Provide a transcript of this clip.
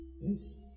Yes